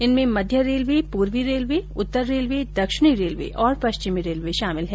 इनमें मध्य रेलवे पूर्वी रेलवे उत्तर रेलवे दक्षिणी रेलवे और पश्चिम रेलवे शामिल हैं